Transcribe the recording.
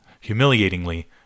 Humiliatingly